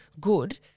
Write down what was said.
good